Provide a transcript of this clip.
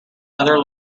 other